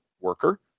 worker